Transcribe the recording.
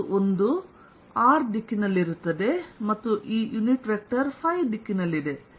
ಆದ್ದರಿಂದ ಇಲ್ಲಿ rdθ ಮತ್ತು 1 r ದಿಕ್ಕಿನಲ್ಲಿರುತ್ತದೆ ಮತ್ತು ಈ ಯುನಿಟ್ ವೆಕ್ಟರ್ ಫೈ ದಿಕ್ಕಿನಲ್ಲಿದೆ